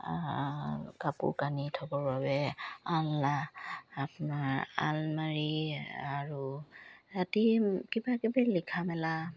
কাপোৰ কানি থ'বৰ বাবে আলনা আপোনাৰ আলমাৰি আৰু ৰাতি কিবা কিবি লিখা মেলা